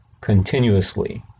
continuously